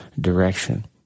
direction